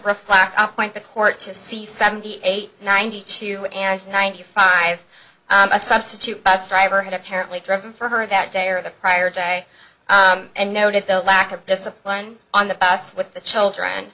reflect our point of court to see seventy eight ninety two and ninety five a substitute bus driver had apparently driven for her that day or the prior day and noted the lack of discipline on the bus with the children